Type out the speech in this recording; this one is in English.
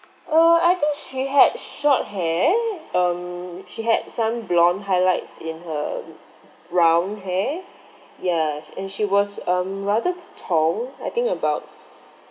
err I think she had short hair um she had some blonde highlights in her brown hair ya and she was um rather t~ tall I think about